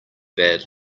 bad